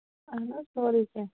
اَہن حظ سورُے کیٚنہہ